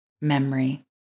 memory